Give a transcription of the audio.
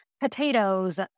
potatoes